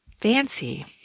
fancy